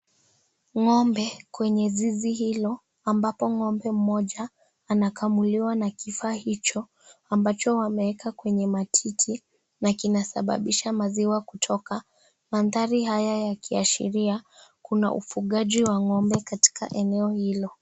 Ng'ombe kwenye zizi hilo ambapo ng'ombe mmoja anakamuliwa na kifaa hicho ambacho wameweka kwenye matiti na kinasababisha maziwa kutoka. Mandhari haya yakiashiria kuna ufugaji wa ng'ombe katika eneo hilo.